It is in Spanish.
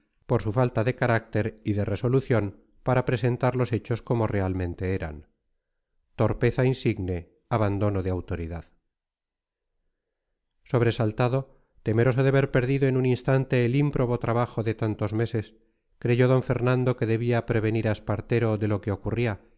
por su falta de carácter y de resolución para presentar los hechos como realmente eran torpeza insigne abandono de autoridad sobresaltado temeroso de ver perdido en un instante el ímprobo trabajo de tantos meses creyó d fernando que debía prevenir a espartero de lo que ocurría